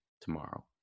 tomorrow